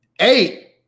eight